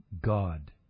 God